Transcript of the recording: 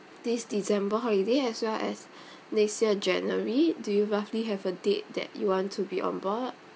this december holiday as well as next year january do you roughly have a date that you want to be on board